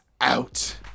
out